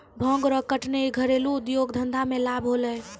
भांग रो कटनी घरेलू उद्यौग धंधा मे लाभ होलै